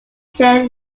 chair